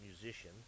musician